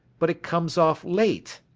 but it comes off late.